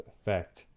effect